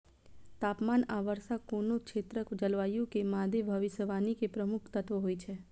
तापमान आ वर्षा कोनो क्षेत्रक जलवायु के मादे भविष्यवाणी के प्रमुख तत्व होइ छै